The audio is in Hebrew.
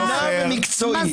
אני מקווה,